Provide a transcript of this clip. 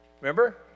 Remember